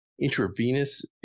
intravenous